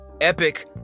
epic